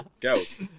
Girls